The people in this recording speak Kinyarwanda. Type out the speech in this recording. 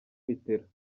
mitterand